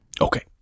Okay